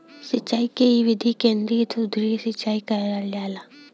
सिंचाई क इ विधि के केंद्रीय धूरी सिंचाई कहल जाला